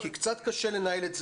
כי קצת קשה לנהל את זה,